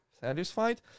satisfied